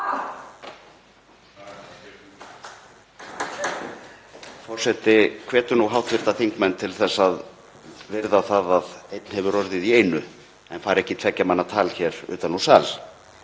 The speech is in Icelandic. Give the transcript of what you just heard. Það er það